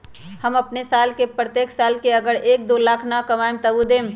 हम अपन साल के प्रत्येक साल मे अगर एक, दो लाख न कमाये तवु देम?